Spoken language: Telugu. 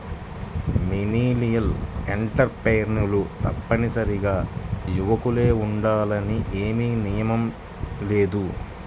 మిలీనియల్ ఎంటర్ప్రెన్యూర్లు తప్పనిసరిగా యువకులే ఉండాలని ఏమీ నియమం లేదు